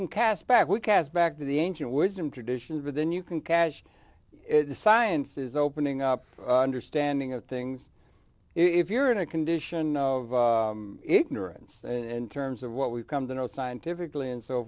cast back to the ancient wisdom traditions but then you can cash in the sciences opening up understanding of things if you're in a condition of ignorance in terms of what we've come to know scientifically and so